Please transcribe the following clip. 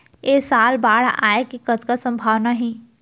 ऐ साल बाढ़ आय के कतका संभावना हे?